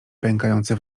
pękające